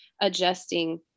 adjusting